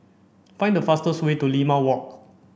find the fastest way to Limau Walk